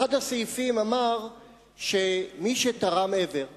אחד הסעיפים אמר שמי שתרם איבר בחייו,